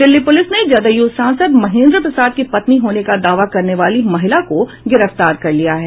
Delhi police ने जदयू सांसद महेंद्र प्रसाद की पत्नी होने का दावा करने वाली महिला को गिरफ्तार कर लिया है